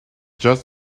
just